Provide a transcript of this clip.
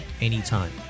anytime